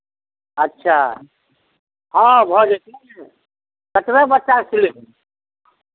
अच्छा हँ भऽ जेतै ने कतबे बच्चाके सिलयबै